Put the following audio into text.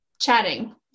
chatting